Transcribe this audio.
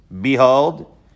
behold